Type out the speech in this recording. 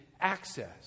access